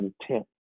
intent